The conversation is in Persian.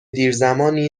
دیرزمانی